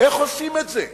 איך עושים את זה?